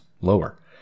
lower